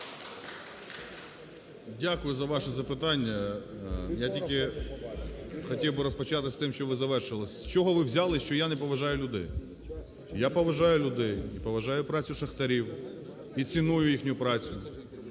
Дякую за ваше запитання. Я тільки хотів би розпочати з тим, що ви завершили. З чого ви взяли, що я не поважаю людей? Я поважаю людей і поважаю працю шахтарів, і ціную їхню працю,